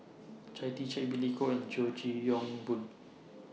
Chia Tee Chiak Billy Koh and George Yong Boon